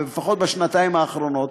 לפחות בשנתיים האחרונות,